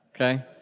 Okay